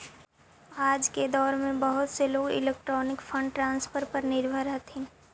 आज के दौर में बहुत से लोग इलेक्ट्रॉनिक फंड ट्रांसफर पर निर्भर हथीन